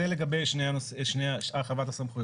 זה לגבי הרחבת הסמכויות.